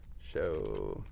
show.